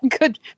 good